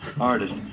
artist